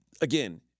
again